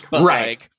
Right